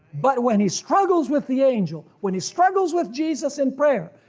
but when he struggles with the angel, when he struggles with jesus in prayer,